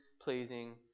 pleasing